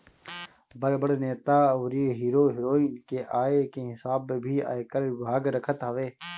बड़ बड़ नेता अउरी हीरो हिरोइन के आय के हिसाब भी आयकर विभाग रखत हवे